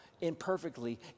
imperfectly